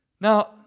Now